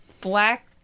black